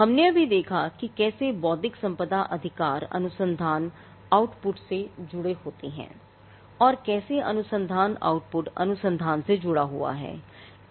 हमने अभी देखा कि कैसे बौद्धिक संपदा अधिकार अनुसंधान आउटपुट से जुड़े हैं और कैसे अनुसंधान आउटपुट अनुसंधान से जुड़ा हुआ है